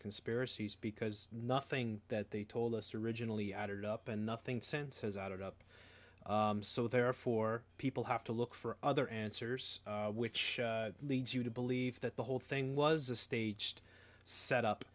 conspiracies because nothing that they told us originally added up and nothing sense has added up so therefore people have to look for other answers which leads you to believe that the whole thing was a staged set up